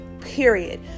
period